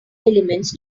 elements